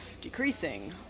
decreasing